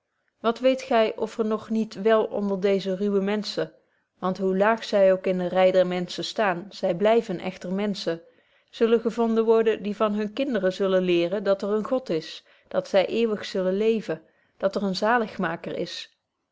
wat weet gy of er nog niet wel onder deeze ruuwe menschen want hoe laag zy ook in de rei der menschen staan zy blyven echter menschen zullen gevonden worden die van hunne kinderen zullen leeren dat er een god is dat zy eeuwig zullen leeven dat er een zaligmaker is